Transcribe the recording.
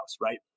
right